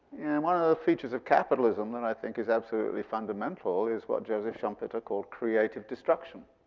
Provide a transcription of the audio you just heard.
and one of the features of capitalism that i think is absolutely fundamental is what joseph schumpeter called creative destruction.